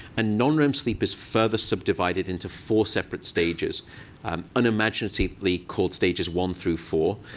and non-rem sleep is further subdivided into four separate stages um unimaginatively called stages one through four,